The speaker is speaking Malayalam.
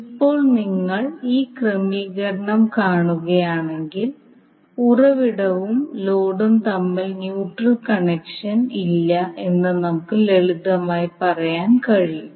ഇപ്പോൾ നിങ്ങൾ ഈ ക്രമീകരണം കാണുകയാണെങ്കിൽ ഉറവിടവും ലോഡും തമ്മിൽ ന്യൂട്രൽ കണക്ഷൻ ഇല്ല എന്ന് നമുക്ക് ലളിതമായി പറയാൻ കഴിയും